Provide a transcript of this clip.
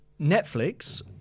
Netflix